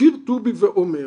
מזכיר טובי ואומר,